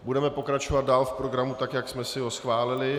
Budeme pokračovat dál v programu tak, jak jsme si ho schválili.